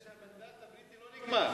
מסתבר שהמנדט הבריטי לא נגמר.